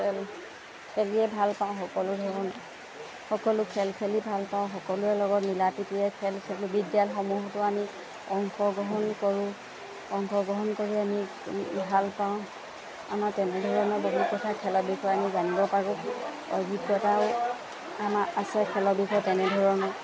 খেল খেলিয়ে ভাল পাওঁ সকলো ধৰণৰ সকলো খেল খেলি ভাল পাওঁ সকলোৰে লগত মিলাপ্ৰীতিৰে খেল খেলোঁ বিদ্যালসমূহতো আমি অংশগ্ৰহণ কৰোঁ অংশগ্ৰহণ কৰি আমি ভাল পাওঁ আমাৰ তেনেধৰণৰ বহুত কথা খেলৰ বিষয়ে আমি জানিব পাৰোঁ অভিজ্ঞতা আমাৰ আছে খেলৰ বিষয় তেনেধৰণৰ